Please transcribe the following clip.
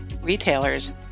retailers